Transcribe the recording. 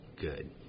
good